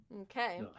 Okay